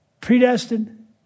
predestined